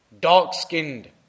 dark-skinned